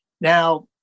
Now